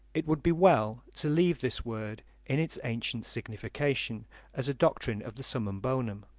it would be well to leave this word in its ancient signification as a doctrine of the summum bonum,